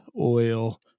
oil